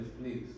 please